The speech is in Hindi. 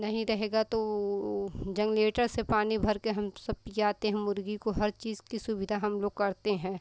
नहीं रहेगा तो ऊ जंगलेटर से पानी भरकर हम सब पियाते हैं मुर्ग़ी को हर चीज़ की सुविधा हम लोग करते हैं